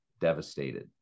devastated